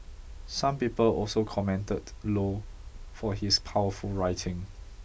some people also commended Low for his powerful writing